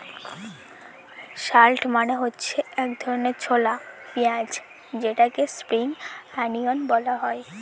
shallot মানে হচ্ছে এক ধরনের ছোলা পেঁয়াজ যেটাকে স্প্রিং অনিয়ন বলে